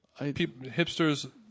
Hipsters